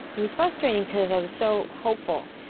it was frustrating because i was so hopeful.